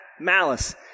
malice